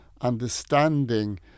understanding